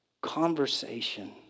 conversation